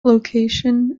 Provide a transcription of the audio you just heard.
location